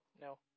No